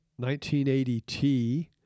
1980T